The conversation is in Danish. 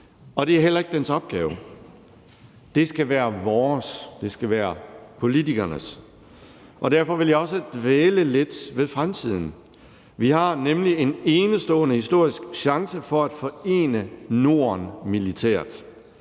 og det er heller ikke dens opgave. Det skal være vores, det skal være politikernes, og derfor vil jeg også dvæle lidt ved fremtiden. Vi har nemlig en enestående historisk chance for at forene Norden militært,